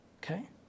Okay